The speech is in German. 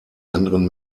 anderen